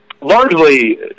Largely